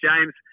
James